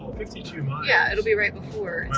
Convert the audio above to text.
fifty two miles? yeah, it'll be right before.